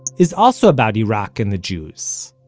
is also about iraq and the jews.